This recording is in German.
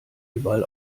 überall